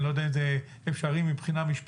אני לא יודע אם זה אפשרי מבחינה משפטית,